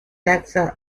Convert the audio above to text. taxa